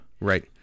Right